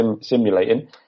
simulating